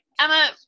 Emma